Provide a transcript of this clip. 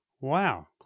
Wow